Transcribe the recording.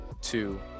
two